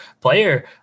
player